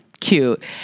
cute